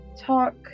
talk